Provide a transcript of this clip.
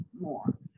more